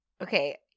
Okay